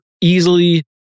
easily